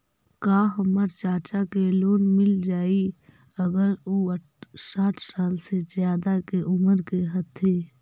का हमर चाचा के लोन मिल जाई अगर उ साठ साल से ज्यादा के उमर के हथी?